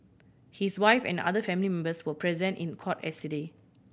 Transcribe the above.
his wife and other family members were present in court yesterday